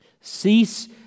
Cease